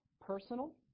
personal